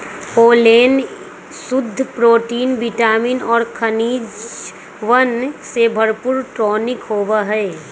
pollen शुद्ध protein vitamin और खनिजवन से भरपूर टॉनिक होबा हई